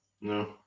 No